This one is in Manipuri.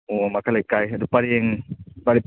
ꯑꯣ ꯃꯈꯥ ꯂꯩꯀꯥꯏ ꯑꯗꯨ ꯄꯔꯦꯡ